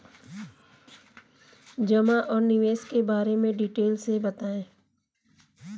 जमा और निवेश के बारे में डिटेल से बताएँ?